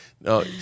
no